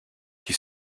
qui